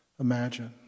imagine